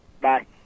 Bye